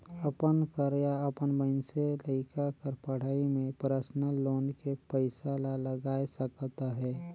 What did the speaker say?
अपन कर या अपन मइनसे लइका कर पढ़ई में परसनल लोन के पइसा ला लगाए सकत अहे